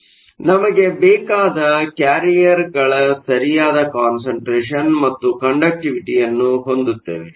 ಆದ್ದರಿಂದ ನಮಗೆ ಬೇಕಾದ ಕ್ಯಾರಿಗಳ ಸರಿಯಾದ ಕಾನ್ಸಂಟ್ರೇಷನ್ ಮತ್ತು ಕಂಡಕ್ಟಿವಿಟಿಯನ್ನು ಹೊಂದುತ್ತೇವೆ